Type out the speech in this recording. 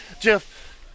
Jeff